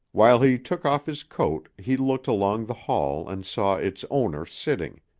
while he took off his coat he looked along the hall and saw its owner sitting,